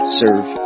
serve